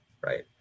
right